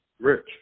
rich